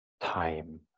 time